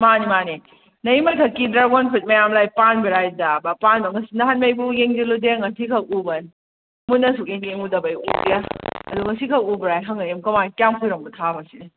ꯃꯥꯅꯦ ꯃꯥꯅꯦ ꯅꯣꯏ ꯃꯊꯛꯀꯤ ꯗ꯭ꯔꯥꯒꯣꯟ ꯐ꯭ꯔꯨꯏꯠ ꯃꯌꯥꯝꯃ ꯄꯥꯟꯕ꯭ꯔꯥ ꯅꯍꯥꯟꯉꯩꯕꯨ ꯌꯦꯡꯁꯜꯂꯨꯗꯦ ꯉꯁꯤ ꯈꯛꯎꯕꯅꯤ ꯃꯨꯟꯅ ꯁꯨꯛꯌꯦꯡ ꯌꯦꯡꯉꯨꯗꯕꯩ ꯎꯗꯦ ꯑꯗꯨ ꯉꯁꯤꯈꯛ ꯎꯕ ꯍꯉꯛꯏꯅꯤ ꯀꯃꯥꯏ ꯀꯌꯥꯝ ꯀꯨꯏꯔꯕꯅꯣ ꯊꯥꯕꯁꯦ